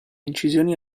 incisioni